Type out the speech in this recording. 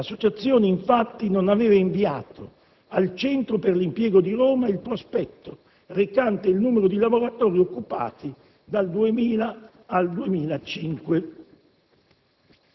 l'Associazione, infatti, non aveva inviato al Centro per l'impiego di Roma il prospetto recante il numero di lavoratori occupati dal 2000 al 2005.